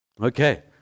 okay